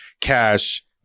cash